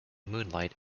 moonlight